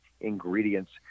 ingredients –